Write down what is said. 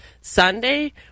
Sunday